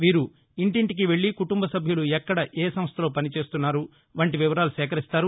వీరు ఇంటింటికీ వెళ్ళి కుటుంబ సభ్యులు ఎక్కడ ఏ సంస్థలో పని చేస్తున్నారు వంటి వివరాలు సేకరిస్తారు